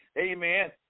Amen